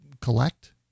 collect